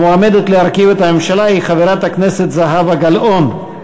המועמדת להרכיב את הממשלה היא חברת הכנסת זהבה גלאון.